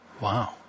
Wow